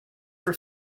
for